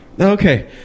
Okay